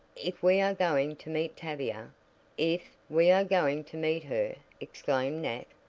if we are going to meet tavia if we are going to meet her! exclaimed nat,